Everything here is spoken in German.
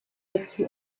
dazu